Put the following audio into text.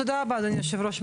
תודה רבה אדוני יושב הראש.